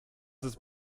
ist